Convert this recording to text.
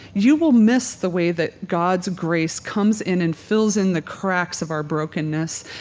you will miss the way that god's grace comes in and fills in the cracks of our brokenness.